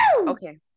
Okay